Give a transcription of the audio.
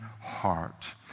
heart